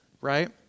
right